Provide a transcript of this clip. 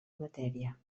matèria